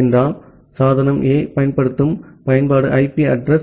என்றால் சாதனம் A பயன்படுத்தும் பயன்பாடு ஐபி அட்ரஸ் 202